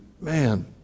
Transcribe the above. Man